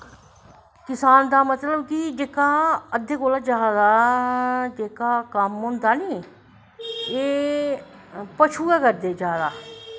किसान दा मतलव कि जेह्का अद्दे कोला दा जादा जेह्का कम्म होंदा नी एह् पशु गै करदे जादा